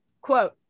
quote